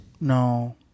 no